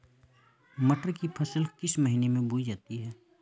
मटर की फसल किस महीने में बोई जाती है?